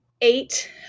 eight